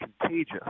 contagious